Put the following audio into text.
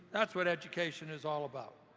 that's what education is all about.